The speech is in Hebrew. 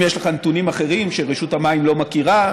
אם יש לך נתונים אחרים שרשות המים לא מכירה,